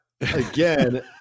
again